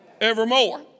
evermore